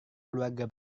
keluarga